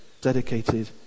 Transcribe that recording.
dedicated